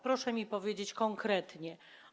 Proszę powiedzieć konkretnie.